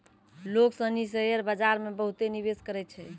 लोग सनी शेयर बाजार मे बहुते निवेश करै छै